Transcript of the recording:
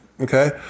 okay